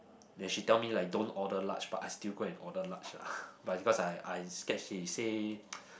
then she tell me like don't order large but I still go and order large ah but because I I scared she say